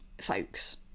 folks